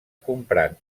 comprant